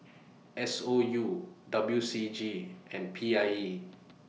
S O U W C G and P I E